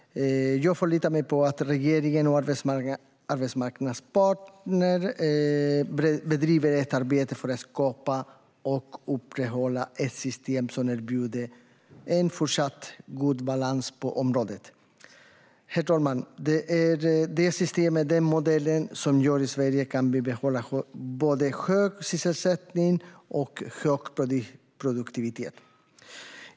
Jag förlitar mig på att regeringen och arbetsmarknadens parter bedriver ett arbete för att skapa och upprätthålla ett system som erbjuder en fortsatt god balans på området. Herr talman! Det är detta system och denna modell som gör att Sverige kan behålla både hög sysselsättning och hög produktivitet.